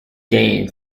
gain